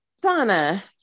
Donna